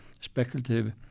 speculative